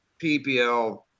PPL